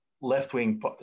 left-wing